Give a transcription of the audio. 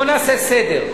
בואו נעשה סדר.